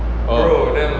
oh